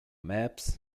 maps